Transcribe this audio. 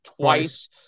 twice